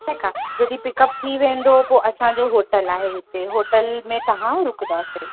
ठीकु आहे जॾहिं पिकअप थी वेंदो पोइ असांजो होटल आहे हिते होटल में तव्हां रुकंदासीं